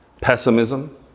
pessimism